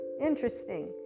interesting